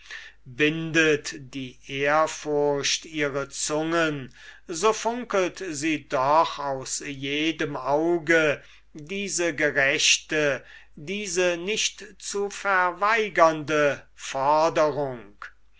bindet die ehrfurcht ihre zungen so funkelt sie doch aus jedem auge diese gerechte diese nicht zu verweigernde forderung